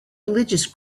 religious